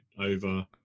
over